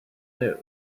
news